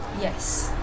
yes